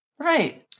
Right